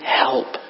help